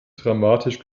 dramatisch